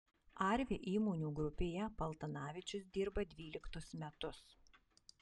arvi įmonių grupėje paltanavičius dirba dvyliktus metus